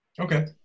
Okay